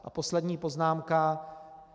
A poslední poznámka.